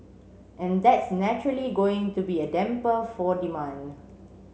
and that's naturally going to be a damper for demand